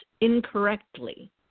incorrectly